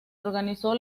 organizó